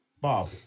Bob